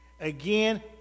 Again